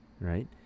Right